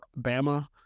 Bama